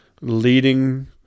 leading